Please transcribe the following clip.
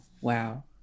wow